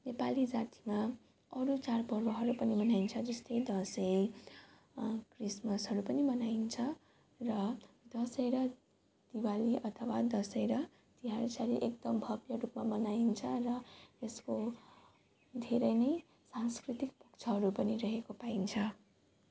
नेपाली जातिमा अरू चाडपर्वहरू पनि मनाइन्छ जस्तै दसैँ क्रिसमसहरू पनि मनाइन्छ र दसैँ र दिवाली अथवा दसैँ र तिहार चाहिँ एकदम भव्यरूमा मनाइन्छ र यसको धेरै नै सांस्कृतिक पक्षहरू पनि रहेको पाइन्छ